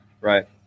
right